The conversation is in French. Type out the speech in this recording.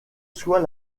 soit